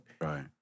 Right